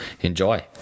enjoy